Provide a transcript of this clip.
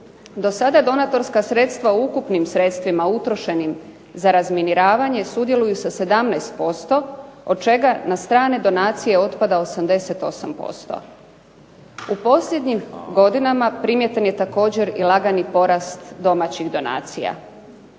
Do sada donatorska sredstva u ukupnim sredstvima utrošenim za razminiravanje sudjeluju sa 17% od čega na strane donacije otpada 88%. U posljednjim godinama primijećen je također i lagani porast domaćih donacija.